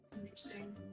interesting